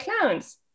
clowns